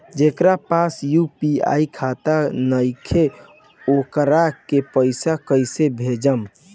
जेकरा पास यू.पी.आई खाता नाईखे वोकरा के पईसा कईसे भेजब?